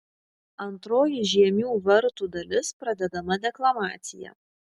antroji žiemių vartų dalis pradedama deklamacija